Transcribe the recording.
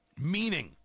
meaning